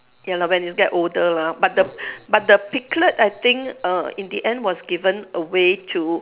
ya lor when you get older lah but the but the piglet I think err in the end was given away to